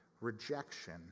rejection